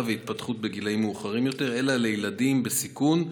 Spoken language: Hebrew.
והתפתחות בגילים המאוחרים יותר אלא לילדים בסיכון,